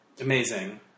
Amazing